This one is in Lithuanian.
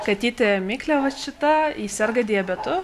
katytė miklė vat šita ji serga diabetu